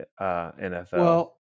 NFL